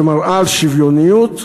שמראה על שוויוניות,